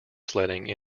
sledding